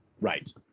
Right